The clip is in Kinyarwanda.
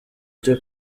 cyo